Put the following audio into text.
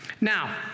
Now